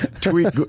Tweet